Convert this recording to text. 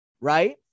right